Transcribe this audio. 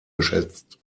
geschätzt